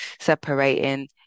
separating